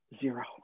zero